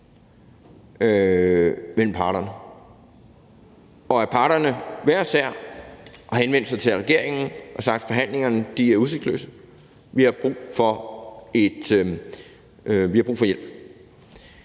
mellem parterne, og at parterne hver især har henvendt sig til regeringen og sagt: Forhandlingerne er udsigtsløse; vi har brug for hjælp.